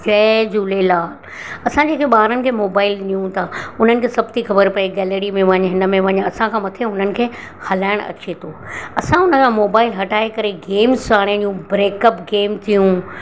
जय झूलेलाल असां जेके ॿारनि खे मोबाइल ॾियूं था उन्हनि खे सभु थी ख़बर पए गैलरी में वञु हिन में वञु असांखां मथे हुननि खे हलाइणु अचे थो असां हुनखां मोबाइल हटाए करे गेम्स आणे ॾियूं ब्रेकअप गेम थियूं